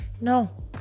No